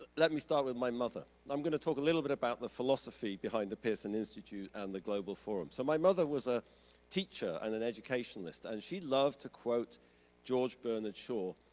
let me start with my mother. i'm gonna talk a little bit about the philosophy behind the pearson institute and the global forum. so my mother was a teacher and an educationalist, and she loved to quote george bernard shaw,